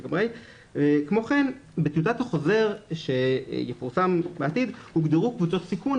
כמו כן בטיוטת החוזר שיפורסם בעתיד הוגדרו קבוצות סיכון,